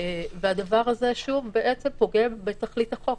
והדבר הזה שוב פוגם בתכלית החוק,